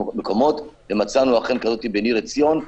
ומצאנו כזו בניר עציון,